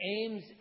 aims